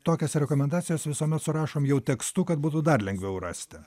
tokias rekomendacijas visuomet surašom jau tekstu kad būtų dar lengviau rasti